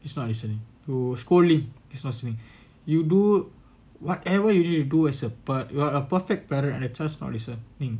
he's not listening you scold him he's not listening you do whatever you need to do you do as a per~ you are a perfect parent and the child does not listen